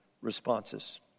responses